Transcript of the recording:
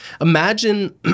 Imagine